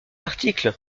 article